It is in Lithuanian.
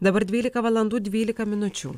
dabar dvylika valandų dvylika minučių